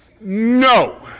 No